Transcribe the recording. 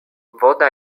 woda